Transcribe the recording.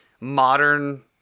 modern